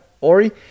Ori